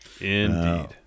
Indeed